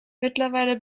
mittlerweile